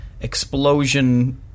explosion